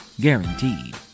Guaranteed